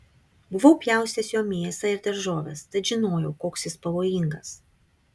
buvau pjaustęs juo mėsą ir daržoves tad žinojau koks jis pavojingas